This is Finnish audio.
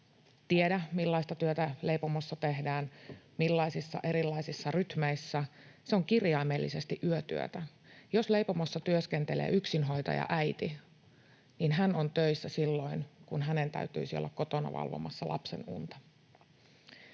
tienneet, millaista työtä leipomossa tehdään, millaisissa erilaisissa rytmeissä. Se on kirjaimellisesti yötyötä. Jos leipomossa työskentelee yksinhuoltajaäiti, niin hän on töissä silloin, kun hänen täytyisi olla kotona valvomassa lapsen unta.